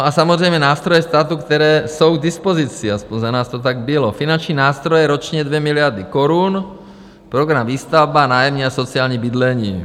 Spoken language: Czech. A samozřejmě nástroje státu, které jsou k dispozici a za nás to tak bylo finanční nástroje, ročně 2 miliardy korun, program Výstavba, nájemní a sociální bydlení.